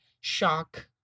shock